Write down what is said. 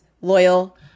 loyal